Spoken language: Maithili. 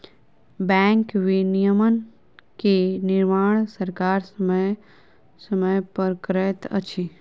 बैंक विनियमन के निर्माण सरकार समय समय पर करैत अछि